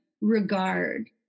regard